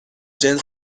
جنس